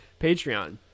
Patreon